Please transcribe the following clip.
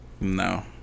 No